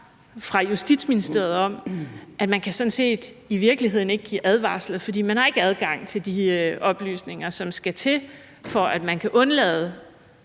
fra Justitsministeriet om, at man sådan set i virkeligheden ikke kan give advarsler, fordi man ikke har adgang til de oplysninger, som skal til, for at man kan undlade